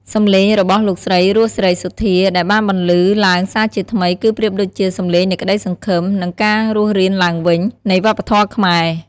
សំឡេងរបស់លោកស្រី រស់ សេរីសុទ្ធា ដែលបានបន្លឺឡើងសារជាថ្មី គឺប្រៀបដូចជា សំឡេងនៃក្តីសង្ឃឹម និង ការរស់រានឡើងវិញ នៃវប្បធម៌ខ្មែរ។